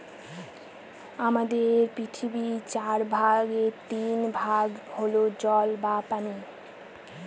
আমাদের পৃথিবীর চার ভাগের তিন ভাগ হল জল বা পানি